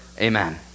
Amen